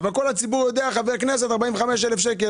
כל הציבור יודע שחבר כנסת מרוויח 45,000 שקל.